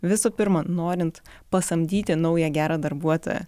visų pirma norint pasamdyti naują gerą darbuotoją